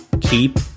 keep